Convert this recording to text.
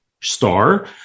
star